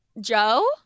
Joe